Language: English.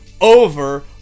over